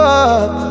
up